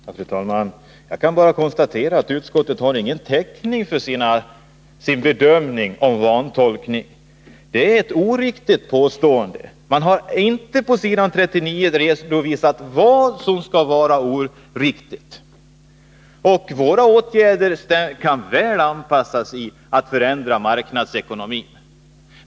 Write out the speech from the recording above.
Fru talman! Jag kan bara konstatera att utskottet inte har någon täckning för sin bedömning att vår motion innehåller vantolkningar. Det är ett oriktigt påstående. På s. 39 har man inte redovisat vad det är som skulle vara vantolkningar. Våra förslag innehåller åtgärder som väl kan genomföras i en anpassad marknadsekonomi.